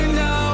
now